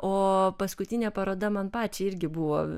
o paskutinė paroda man pačiai irgi buvo